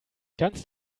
kannst